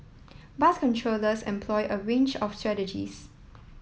bus controllers employ a range of strategies